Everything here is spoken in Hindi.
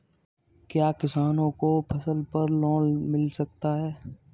क्या किसानों को फसल पर लोन मिल सकता है?